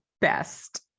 best